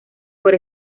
por